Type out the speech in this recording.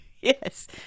Yes